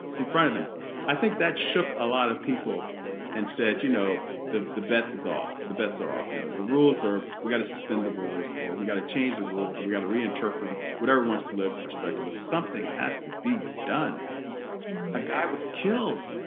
in front of them i think that shook a lot of people and said you know the the bets is off the bets are off you know the rules are we got to suspend the rules or we got to change the rules and we got to reinterpret them with everyone's political perspective but something has to be done a guy was killed